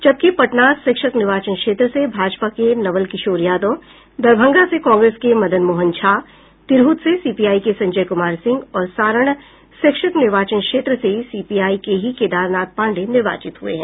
जबकि पटना शिक्षक निर्वाचन क्षेत्र से भाजपा के नवल किशोर यादव दरभंगा से कांग्रेस के मदन मोहन झा तिरहुत से सीपीआई के संजय कुमार सिंह और सारण शिक्षक निर्वाचन क्षेत्र से सीपीआई के ही केदारनाथ पांडेय निर्वाचित हुये हैं